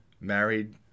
married